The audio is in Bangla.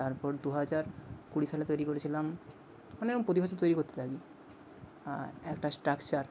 তারপর দুহাজার কুড়ি সালে তৈরি করেছিলাম মানে এরম প্রতি বছর তৈরি করতে থাকি একটা স্ট্রাকচার